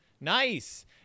Nice